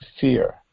fear